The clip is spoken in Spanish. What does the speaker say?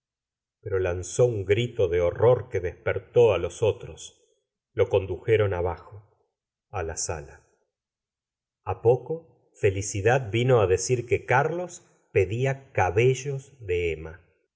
pero lanzó un grito de horror que despertó á los otros lo condujeron abajo á la sa la a poco felicidad vino á decir que carlos pedía cabellos de emma